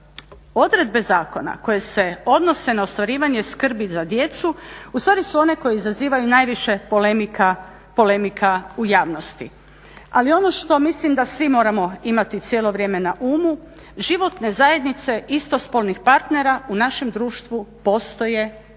Odredbe zakona koje se odnose na ostvarivanje skrbi za djecu ustvari su one koje izazivaju najviše polemika u javnosti. Ali ono što mislim da svi moramo imati cijelo vrijeme na umu, životne zajednice istospolnih partera u našem društvu postoje,